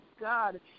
God